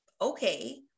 okay